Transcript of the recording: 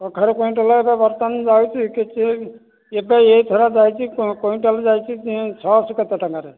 କଖାରୁ କୁଇଣ୍ଟାଲ ଏବେ ବର୍ତ୍ତମାନ ଯାଉଛି ଏବେ ଏହିଥର ଯାଇଛି କୁଇଣ୍ଟାଲ ଯାଇଛି ଛଅ ଶହ କେତେ ଟଙ୍କାରେ